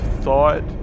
thought